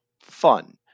fun